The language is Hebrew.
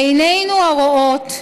"עינינו הרואות,